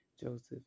Joseph